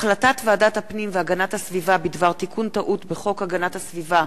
החלטת ועדת הפנים והגנת הסביבה בדבר תיקון טעות בחוק הגנת הסביבה